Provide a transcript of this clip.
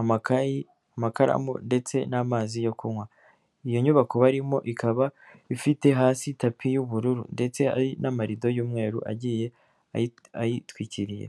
amakayi, amakaramu ndetse n'amazi yo kunywa, iyo nyubako barimo ikaba ifite hasi tapi y'ubururu ndetse hari n'amarido y'umweru agiye ayitwikiriye.